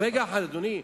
רגע אחד, אדוני.